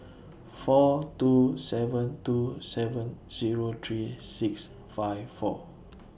four two seven two seven Zero three six five four